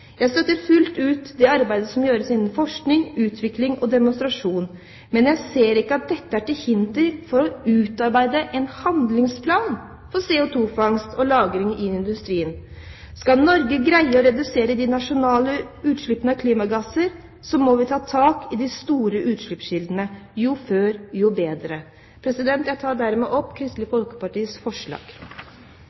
Jeg støtter fullt ut det arbeidet som gjøres innen forskning, utvikling og demonstrasjon, men jeg ser ikke at dette er til hinder for å utarbeide en handlingsplan for CO2-fangst og -lagring i industrien. Skal Norge greie å redusere de nasjonale utslippene av klimagasser, må vi ta tak i de store utslippskildene – jo før jo bedre. Jeg tar opp Kristelig Folkepartis forslag.